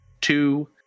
two